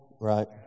Right